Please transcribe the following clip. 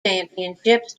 championships